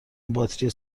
باتری